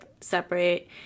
separate